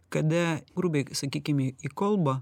kada grubiai sakykim į kolbą